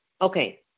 okay